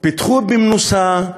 פתחו במנוסה,